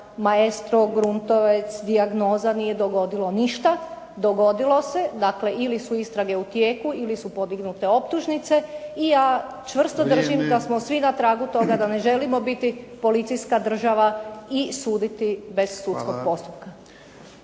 "Maestro", "Gruntovec", "Dijagnoza" nije dogodilo ništa. Dogodilo se, dakle ili su istrage u tijeku ili su podignute optužnice i ja čvrsto držim da smo svi na tragu toga da ne želimo biti policijska država i suditi bez sudskog postupka.